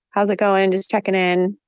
how's it going? just checking in.